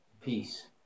peace